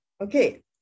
Okay